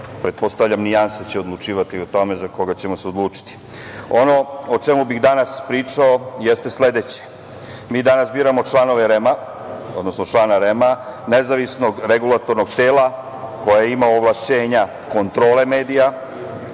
pretpostavljam nijanse će odlučivati o tome za koga ćemo se odlučiti. Ono o čemu bih danas pričao jeste sledeće. Mi danas biramo članove REM-a, odnosno člana REM-a nezavisnog regulatornog tela koje ima ovlašćenja kontrole medija,